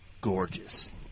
gorgeous